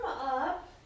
up